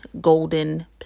Golden